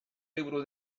liburu